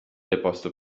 deposto